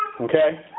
Okay